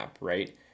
right